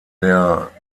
der